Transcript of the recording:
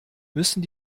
müssen